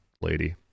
lady